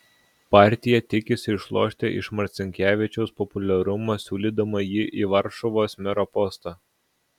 partija tikisi išlošti iš marcinkevičiaus populiarumo siūlydama jį į varšuvos mero postą